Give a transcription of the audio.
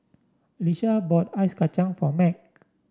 Leshia bought Ice Kacang for Mack